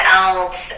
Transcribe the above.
else